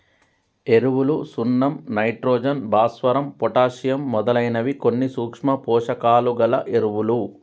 ఎరువులు సున్నం నైట్రోజన్, భాస్వరం, పొటాషియమ్ మొదలైనవి కొన్ని సూక్ష్మ పోషకాలు గల ఎరువులు